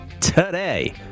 Today